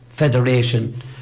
federation